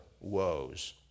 woes